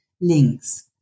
links